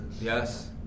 Yes